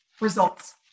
results